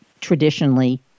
Traditionally